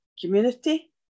community